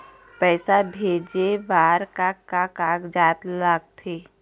पैसा भेजे बार का का कागजात लगथे?